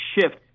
shift